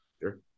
Sure